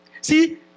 See